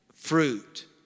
fruit